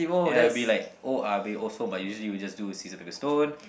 ya I'll be like oya-beh-ya-som but usually we'll just a scissors paper stone